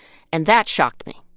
and that shocked me.